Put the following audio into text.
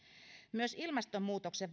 myös ilmastonmuutoksen